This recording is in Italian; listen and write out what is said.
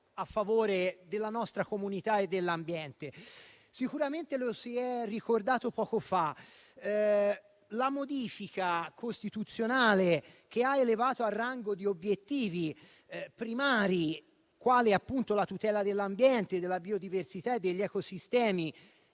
a favore della nostra comunità e dell'ambiente. Lo si è ricordato poco fa: la modifica costituzionale che ha elevato al rango di obiettivi primari la tutela dell'ambiente, della biodiversità e degli ecosistemi